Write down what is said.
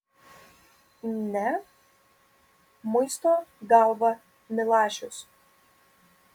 ne muisto galvą milašius